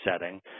setting